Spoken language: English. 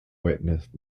witnessed